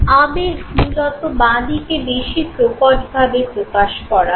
আবেগ মূলত বাঁ দিকে বেশি প্রকটভাবে প্রকাশ করা হয়